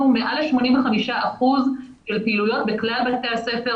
מעל ל-85 אחוזים של פעילויות בכלל בתי הספר,